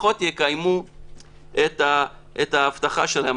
לפחות יקיימו את ההבטחה שלהם.